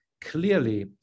Clearly